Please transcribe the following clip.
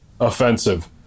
offensive